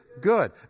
good